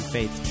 Faith